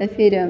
ते फिर